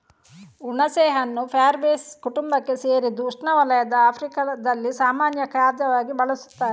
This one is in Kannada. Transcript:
ಹುಣಸೆಹಣ್ಣು ಫ್ಯಾಬೇಸೀ ಕುಟುಂಬಕ್ಕೆ ಸೇರಿದ್ದು ಉಷ್ಣವಲಯದ ಆಫ್ರಿಕಾದಲ್ಲಿ ಸಾಮಾನ್ಯ ಖಾದ್ಯವಾಗಿ ಬಳಸುತ್ತಾರೆ